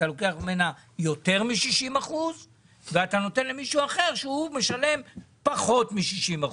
אתה לוקח ממנה יותר מ-60% ואתה נותן למישהו אחר שהוא משלם פחות מ-60%,